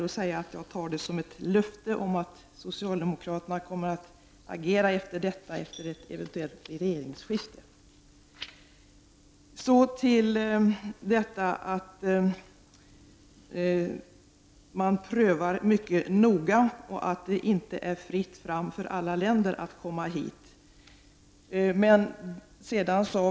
Jag tar detta som ett löfte om att socialdemokraterna kommer att agera utifrån detta uttalande efter ett eventuellt regeringsskifte. Så till det som har sagts om att man prövar detta mycket noga och att det inte är fritt fram för alla länder att sända hit material.